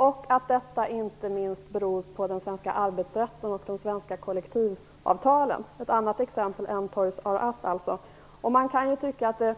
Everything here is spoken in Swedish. Detta beror inte minst på den svenska arbetsrätten och de svenska kollektivavtalen. Det är alltså ett annat exempel än Toys R Us. Man kan tycka att det,